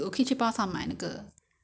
不不是一个问题 ah